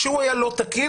שהוא היה לא תקין.